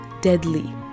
deadly